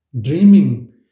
dreaming